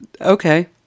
Okay